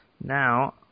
now